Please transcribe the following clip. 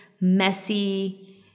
messy